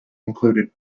included